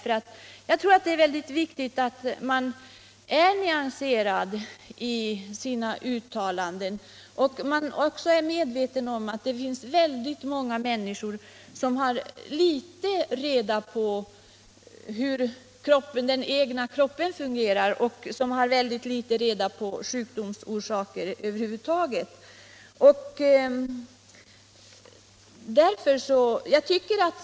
Jag tror nämligen att det är väldigt viktigt att man är nyanserad i sina uttalanden och att man är medveten om att det finns väldigt många människor som har dåligt reda på hur den egna kroppen fungerar och vet mycket litet om sjukdomsorsakér över huvud taget.